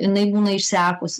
jinai būna išsekus